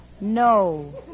No